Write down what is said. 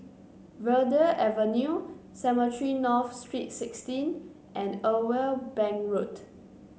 Verde Avenue Cemetry North Street Sixteen and Irwell Bank Road